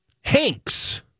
Hanks